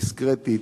דיסקרטית,